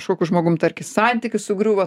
kažkokiu žmogum tarki santykis sugriuvo